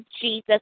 Jesus